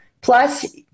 Plus